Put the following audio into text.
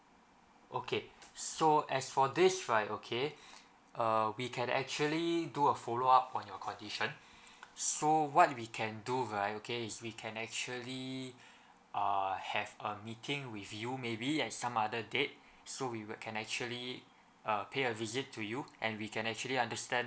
okay so as for this right okay err we can actually do a follow up on your condition so what we can do right okay is we can actually uh have a meeting with you maybe at some other date so we will can actually err pay a visit to you and we can actually understand